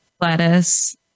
lettuce